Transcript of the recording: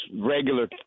regular